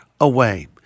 away